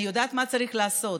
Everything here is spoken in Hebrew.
אני יודעת מה צריך לעשות,